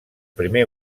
primer